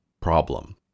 problem